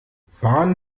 fahren